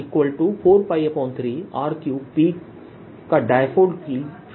43R3P का dipole field प्रदान करेगा